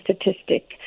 statistic